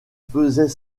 faisait